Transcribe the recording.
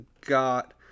got